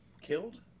killed